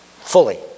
fully